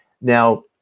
Now